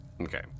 Okay